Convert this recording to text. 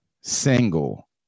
single